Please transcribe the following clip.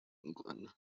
england